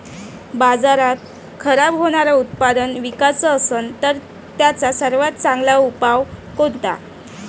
बाजारात खराब होनारं उत्पादन विकाच असन तर त्याचा सर्वात चांगला उपाव कोनता?